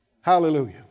Hallelujah